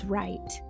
right